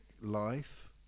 life